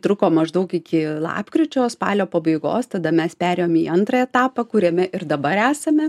truko maždaug iki lapkričio spalio pabaigos tada mes perėjom į antrą etapą kuriame ir dabar esame